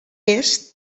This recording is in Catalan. est